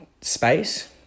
space